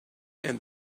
and